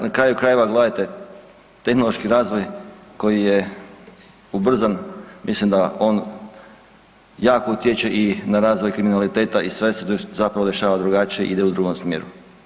Na kraju krajeva gledajte tehnološki razvoj koji je ubrzan mislim da on jako utječe i na razvoj kriminaliteta i sve se zapravo dešava drugačije i ide u drugom smjeru.